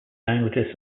languages